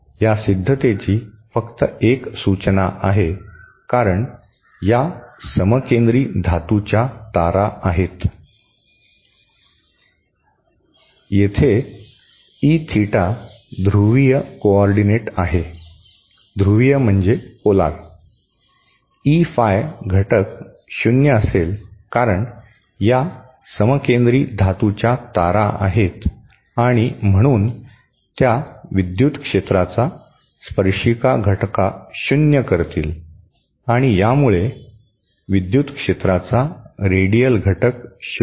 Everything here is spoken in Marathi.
या सिद्धतेची फक्त एक सूचना आहे कारण या समकेंद्री धातूच्या तारा आहेत येथे ई थीटा ध्रुवीय कोऑर्डीनेट आहे ई फाय घटक शून्य असेल कारण या समकेंद्री धातूच्या तारा आहेत आणि म्हणून त्या विद्युत क्षेत्राचा स्पर्शिका घटक शून्य करतील आणि यामुळे विद्युत क्षेत्राचा रेडियल घटक शून्य घटक होईल